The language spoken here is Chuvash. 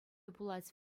пулать